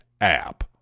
app